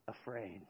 afraid